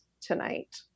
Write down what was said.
tonight